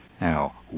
Now